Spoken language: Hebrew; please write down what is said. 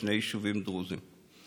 בשני יישובים דרוזיים.